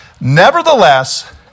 Nevertheless